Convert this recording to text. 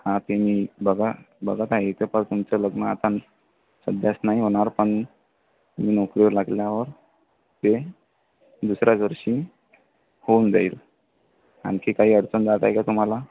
हां ते मी बघा बघा इथपासून तुमचं लग्न आता सध्याच नाही होणार पण तुम्ही नोकरीवर लागल्यावर ते दुसऱ्या वर्षी होऊन जाईल आणखी काही अडचण जातेय का तुम्हाला